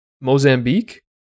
Mozambique